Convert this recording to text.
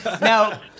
Now